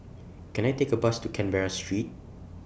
Can I Take A Bus to Canberra Street